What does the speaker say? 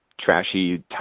trashy